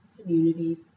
communities